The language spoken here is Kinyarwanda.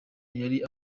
yari